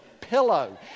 pillow